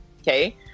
Okay